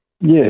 Yes